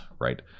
right